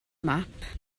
map